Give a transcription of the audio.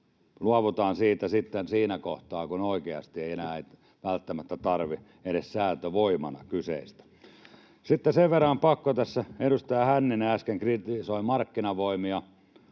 Luovutaan siitä sitten siinä kohtaa, kun oikeasti ei kyseistä enää välttämättä tarvitse edes säätövoimana. Sitten sen verran on pakko tässä sanoa, kun edustaja Hänninen äsken kritisoi markkinavoimia.